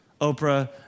Oprah